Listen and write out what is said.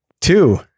Two